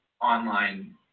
online